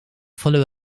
follow